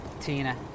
Tina